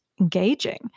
engaging